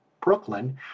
brooklyn